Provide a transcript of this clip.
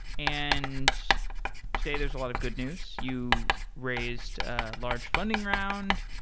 and today there's a lot of good news. you raised a large funding round.